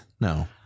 No